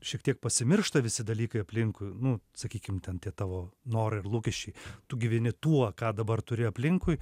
šiek tiek pasimiršta visi dalykai aplinkui nu sakykim ten tie tavo norai ir lūkesčiai tu gyveni tuo ką dabar turi aplinkui